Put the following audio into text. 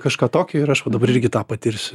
kažką tokio ir aš va dabar irgi tą patirsiu